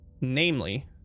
namely